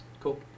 Cool